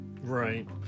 right